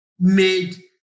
made